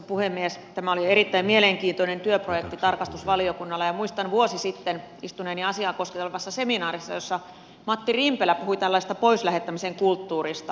tämä oli erittäin mielenkiintoinen työprojekti tarkastusvaliokunnassa ja muistan vuosi sitten istuneeni asiaa koskevassa seminaarissa jossa matti rimpelä puhui tällaisesta pois lähettämisen kulttuurista